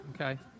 Okay